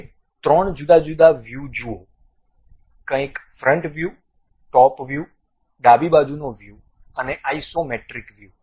હવે 3 જુદા જુદા વ્યૂ જુઓ કંઈક ફ્રન્ટ વ્યૂ ટોપ વ્યૂ ડાબી બાજુનો વ્યૂ અને આઇસોમેટ્રિક વ્યૂ